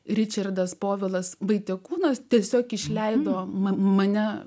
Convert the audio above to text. ričardas povilas vaitekūnas tiesiog išleido mane